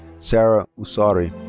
sara ouassari.